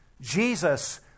Jesus